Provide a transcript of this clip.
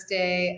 day